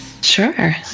Sure